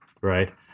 right